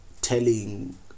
telling